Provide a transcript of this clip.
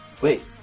Wait